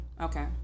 Okay